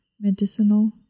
Medicinal